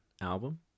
album